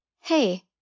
Hey